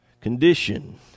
Condition